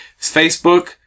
Facebook